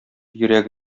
йөрәк